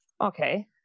Okay